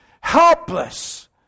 Helpless